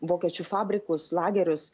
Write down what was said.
vokiečių fabrikus lagerius